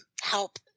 help